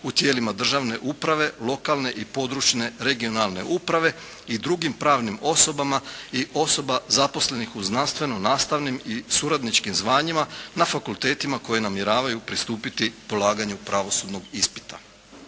u tijelima državne uprave, lokalne i područne, regionalne uprave i drugim pravnim osoba i osoba zaposlenih u znanstveno-nastavnim i suradničkim zvanjima na fakultetima koji namjeravaju pristupiti polaganju pravosudnog ispita.